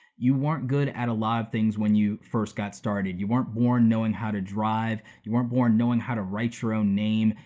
you weren't good at a lot of things when you first got started, you weren't born knowing how to drive, you weren't born knowing how to write your own name.